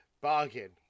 Bargain